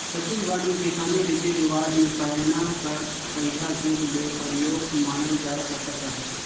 छत्तीसगढ़ मे किसानी रीति रिवाज मे पैना कर तइहा जुग ले परियोग मानल जाए सकत अहे